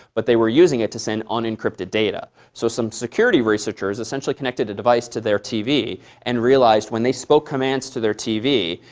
but they were using it to send encrypted data. so some security researchers essentially connected a device to their tv and realized when they spoke commands to their tv,